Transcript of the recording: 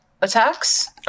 attacks